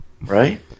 right